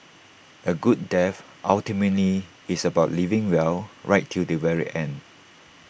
A good death ultimately is about living well right till the very end